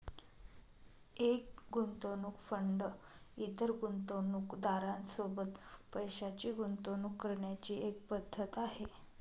एक गुंतवणूक फंड इतर गुंतवणूकदारां सोबत पैशाची गुंतवणूक करण्याची एक पद्धत आहे